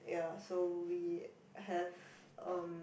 ya so we have um